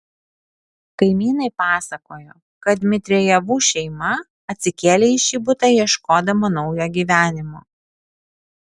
kaimynai pasakojo kad dmitrijevų šeima atsikėlė į šį butą ieškodama naujo gyvenimo